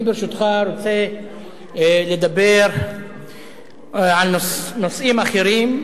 ברשותך, אני רוצה לדבר על נושאים אחרים,